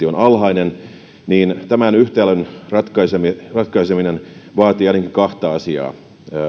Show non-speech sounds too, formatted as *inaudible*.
*unintelligible* on alhainen tämän yhtälön ratkaiseminen ratkaiseminen vaatii ainakin kahta asiaa